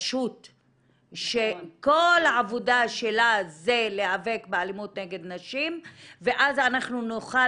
רשות שכל העבודה שלה זה להיאבק באלימות נגד נשים ואז אנחנו נוכל